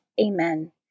Amen